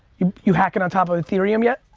you you hacking on top of ethereum yet?